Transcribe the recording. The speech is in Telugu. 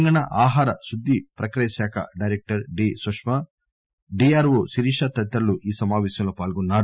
తెలంగాణ ఆహార శుద్ది ప్రక్రియ డైరెక్టర్ డి సుష్క డి ఆర్ వో శిరీష తదితరులు ఈ సమాపేశంలో పాల్గొన్నారు